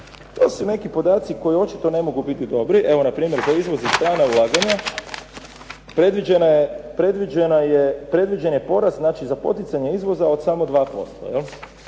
To su neki podaci koji očito ne mogu biti dobri. Evo za izvoz i strana ulaganja predviđen je porast, znači za poticanje izvoza od samo 2%.